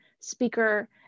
speaker